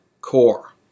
core